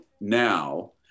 now